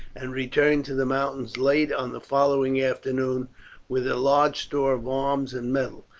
and returned to the mountains late on the following afternoon with a large store of arms and metal,